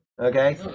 Okay